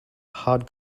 hard